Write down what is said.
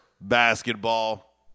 basketball